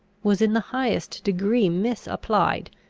was in the highest degree misapplied,